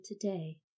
today